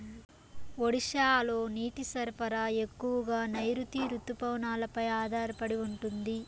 ఒడిశాలో నీటి సరఫరా ఎక్కువగా నైరుతి రుతుపవనాలపై ఆధారపడి ఉంటుంది